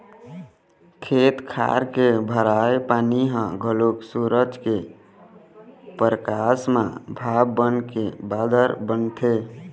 खेत खार के भराए पानी ह घलोक सूरज के परकास म भाप बनके बादर बनथे